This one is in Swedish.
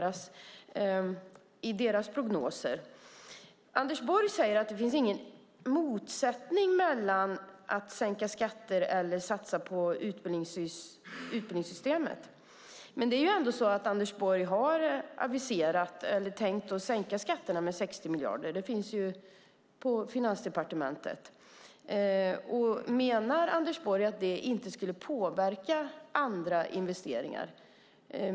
Anders Borg säger att det inte finns någon motsättning mellan att sänka skatter och att satsa på utbildningssystemet. Anders Borg har ju tänkt sänka skatterna med 60 miljarder; det ligger på Finansdepartementet. Menar Anders Borg att det inte skulle påverka andra investeringar?